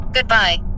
Goodbye